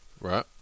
Right